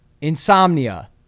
insomnia